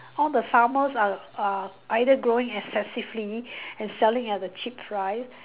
all the farmers are are either growing excessively and selling at a cheap price